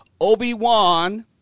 Obi-Wan